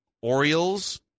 Orioles